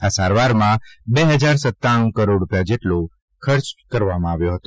આ સારવારમાં બે હજાર સત્તાણું કરોડ રૂપિયા જેટલો ખર્ચ કરવામાં આવ્યો હતો